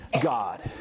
God